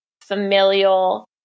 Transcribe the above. familial